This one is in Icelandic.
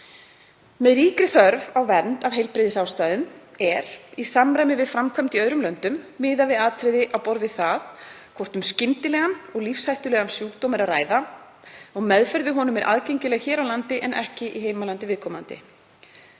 „Með ríkri þörf á vernd af heilbrigðisástæðum er, í samræmi við framkvæmd í öðrum löndum, miðað við atriði á borð við það hvort um skyndilegan og lífshættulegan sjúkdóm er að ræða og meðferð við honum er aðgengileg hér á landi en ekki í heimalandi viðkomandi.